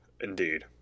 Indeed